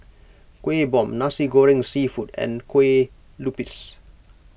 Kuih Bom Nasi Goreng Seafood and Kue Lupis